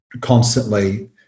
constantly